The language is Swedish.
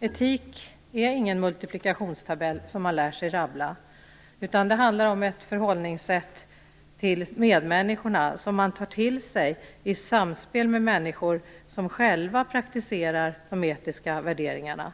Etik är ingen multiplikationstabell som man lär sig att rabbla, utan det handlar om ett förhållningssätt till medmänniskorna som man tar till sig i samspel med människor som själva praktiserar de etiska värderingarna.